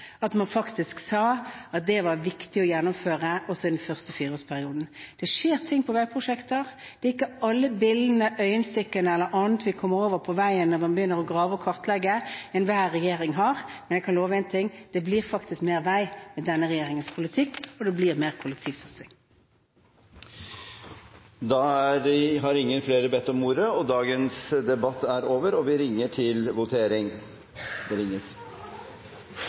at man faktisk sa at dette var viktig å gjennomføre, også i den første fireårsperioden. Det skjer ting på veiprosjekter. Det gjelder ikke alle billene, øyenstikkerne eller annet vi kommer over når man begynner å grave og kartlegge ny vei, som enhver regjering har gjort, men jeg kan love én ting: Det blir faktisk mer vei med denne regjeringens politikk, og det blir mer kollektivsatsing. Flere har ikke bedt om ordet til sakene nr. 2 og 3. Da er Stortinget klar til å gå til votering